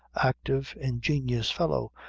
active, ingenious fellow,